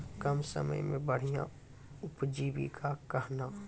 कम समय मे बढ़िया उपजीविका कहना?